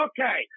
Okay